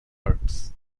arts